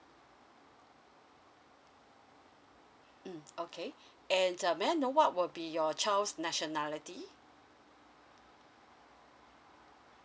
mm okay and uh may I know what will be your child's nationality